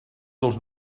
dels